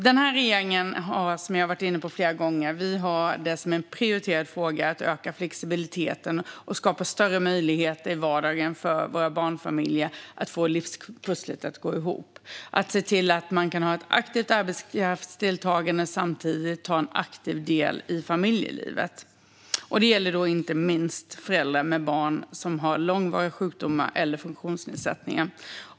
Den här regeringen har, som jag har varit inne på flera gånger, som en prioriterad fråga att öka flexibiliteten och skapa större möjlighet i vardagen för våra barnfamiljer att få livspusslet att gå ihop - att se till att man kan ha ett aktivt arbetskraftsdeltagande och samtidigt ta en aktiv del i familjelivet. Det gäller inte minst föräldrar med barn som har långvariga sjukdomar eller funktionsnedsättningar.